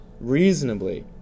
reasonably